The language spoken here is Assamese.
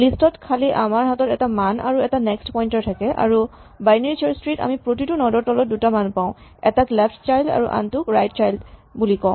লিষ্ট ত খালি আমাৰ হাতত এটা মান আৰু এটা নেক্স্ট পইন্টাৰ থাকে আৰু বাইনেৰী চাৰ্চ ট্ৰী আমি প্ৰতিটো নড ৰ তলত দুটা মান পাওঁ এটাক লেফ্ট চাইল্ড আৰু আনটোক ৰাইট চাইল্ড বুলি কওঁ